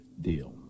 deal